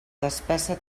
despesa